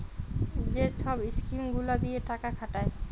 যে ছব ইস্কিম গুলা দিঁয়ে টাকা খাটায়